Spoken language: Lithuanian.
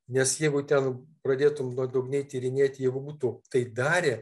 nes jeigu ten pradėtum nuodugniai tyrinėt jeigu būtų tai darę